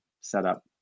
setup